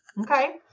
Okay